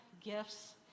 gifts